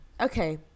okay